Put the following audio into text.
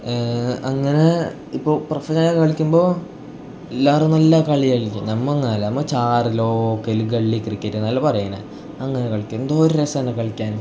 അങ്ങനെ ഇപ്പോൾ പ്രൊഫഷനൽ കളിക്കുമ്പോൾ എല്ലാവരും നല്ല കളി കളിക്കും നമ്മൾ അങ്ങനെ അല്ല നമ്മൾ ചാറിലോ ക്കെല് ഗള്ളി ക്രിക്കറ്റ് എന്നെല്ലാമാണ് പറയുന്നത് അങ്ങനെ കളിക്കും എന്തൊരു രസം എന്നോ കളിക്കാൻ